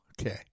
okay